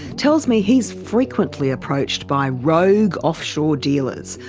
tells me he's frequently approached by rogue offshore dealers,